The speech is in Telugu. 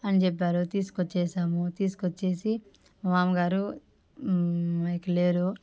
అని చెప్పారు తీసుకొచ్చేశాము తీసుకొచ్చేసి మా మామగారు ఇక లేరు